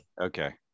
Okay